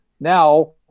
now